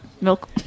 milk